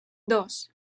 dos